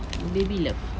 baby love